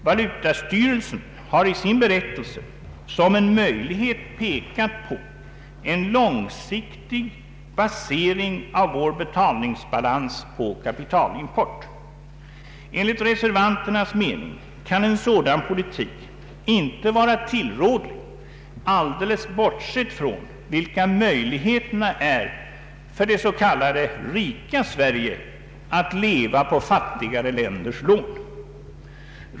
Valutastyrelsen har i sin berättelse såsom en möjlighet pekat på en långsiktig basering av vår betalningsbalans på kapitalimport. Enligt reservanternas mening kan en sådan politik inte vara tillrådlig, alldeles bortsett från vilka möjligheterna är för det s.k. rika Sverige att leva på fattigare länders lån.